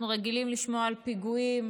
אנחנו רגילים לשמוע על פיגועים